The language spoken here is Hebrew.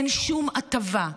אין שום הטבה,